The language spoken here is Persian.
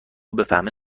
بفهمه